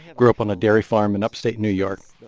grew up on a dairy farm in upstate new york.